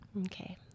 Okay